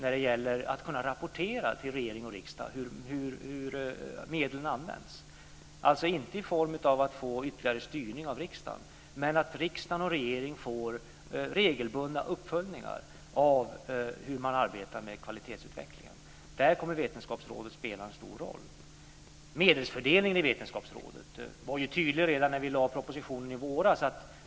Rådet bör kunna rapportera till regering och riksdag hur medlen används, inte i form av ytterligare styrning av riksdagen men så att riksdag och regering får regelbundna uppföljningar av hur man arbetar med kvalitetsutvecklingen. Där kommer Vetenskapsrådet att spela en stor roll. Medelsfördelningen i Vetenskapsrådet var tydlig redan när vi lade fram propositionen i våras.